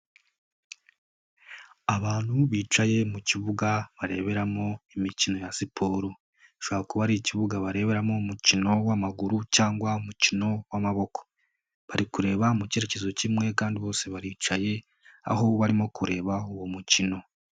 Abantu bicaye mu kibuga bareberamo imikino ya siporo, gishobora kuba ari ikibuga bareberamo umukino w'amaguru cyangwa umukino w'amaboko bari kureba mu cyerekezo kimwe kandi bose baricaye, aho barimo kureba uwo mukino.